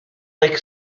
like